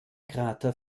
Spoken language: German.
krater